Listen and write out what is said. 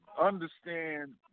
understand